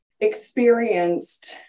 experienced